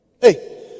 Hey